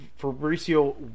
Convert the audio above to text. Fabricio